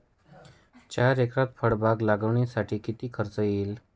चार एकरात फळबाग लागवडीसाठी किती खर्च येईल?